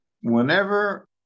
whenever